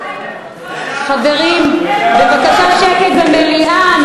חברים, בבקשה שקט במליאה.